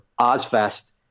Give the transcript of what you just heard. Ozfest